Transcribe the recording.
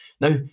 Now